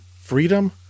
freedom